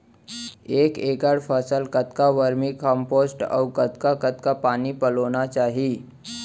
एक एकड़ फसल कतका वर्मीकम्पोस्ट अऊ कतका कतका पानी पलोना चाही?